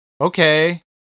okay